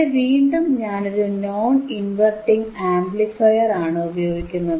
ഇവിടെ വീണ്ടും ഞാനൊരു നോൺ ഇൻവെർട്ടിംഗ് ആംപ്ലിഫയറാണ് ഉപയോഗിക്കുന്നത്